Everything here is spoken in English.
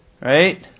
right